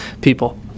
people